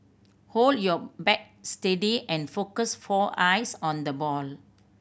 hold your bat steady and focus for eyes on the ball